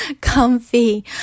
comfy